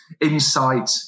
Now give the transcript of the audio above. insight